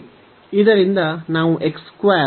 ಇದರಿಂದ ನಾವು x 2 16 ಪಡೆಯುತ್ತೇವೆ